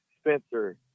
Spencer